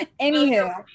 anywho